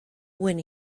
when